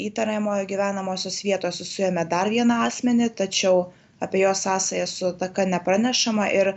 įtariamojo gyvenamosios vietos suėmė dar vieną asmenį tačiau apie jo sąsajas su ataka nepranešama ir